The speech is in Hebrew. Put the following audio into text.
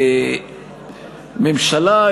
ממשלה,